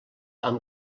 amb